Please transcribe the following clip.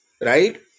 right